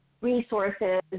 resources